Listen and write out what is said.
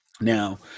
Now